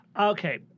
Okay